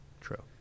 True